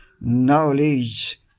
knowledge